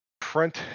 front